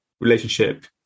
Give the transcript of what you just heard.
relationship